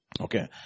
Okay